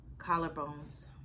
Collarbones